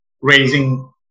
raising